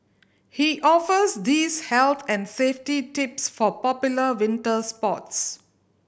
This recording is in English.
he offers these health and safety tips for popular winter sports